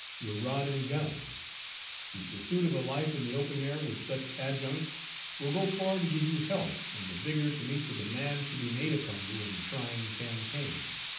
your rod and gun the pursuit of a life in the open air with such adjuncts will go far to give you health and the vigor to meet the demands to be made upon you in trying campaigns,